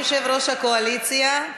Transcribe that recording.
אדוני יושב-ראש הקואליציה,